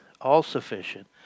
all-sufficient